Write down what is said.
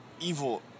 evil